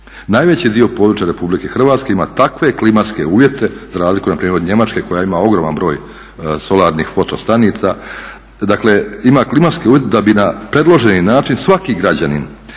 Najveći dio područja Republike Hrvatske ima takve klimatske uvjete za razliku npr. od Njemačke koja ima ogroman broj solarnih foto stanica, dakle ima klimatske uvjete da bi na predloženi način svaki građanin